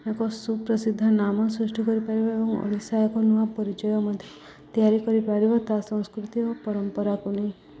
ଏକ ସୁପ୍ରସିଦ୍ଧ ନାମ ସୃଷ୍ଟି କରିପାରିବ ଏବଂ ଓଡ଼ିଶା ଏକ ନୂଆ ପରିଚୟ ମଧ୍ୟ ତିଆରି କରିପାରିବ ତା ସଂସ୍କୃତି ଓ ପରମ୍ପରାକୁ ନେଇ